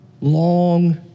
Long